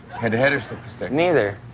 head-to-head or stick-to-stick? neither.